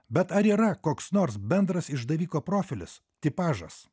bet ar yra koks nors bendras išdaviko profilis tipažas